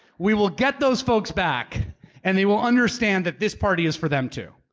we will get those folks back and they will understand that this party is for them too.